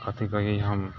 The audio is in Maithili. कथी कही हम